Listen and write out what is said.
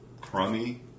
crummy